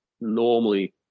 normally